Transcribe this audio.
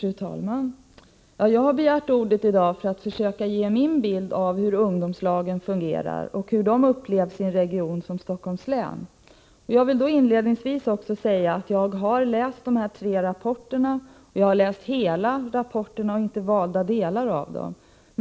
Fru talman! Jag har begärt ordet för att försöka ge min bild av hur ungdomslagen fungerar och hur de upplevs i en region som Stockholms län. Jag vill inledningsvis säga att jag har läst de tre rapporterna — hela rapporterna, inte valda delar av dem.